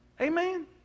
Amen